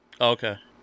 Okay